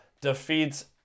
defeats